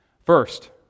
First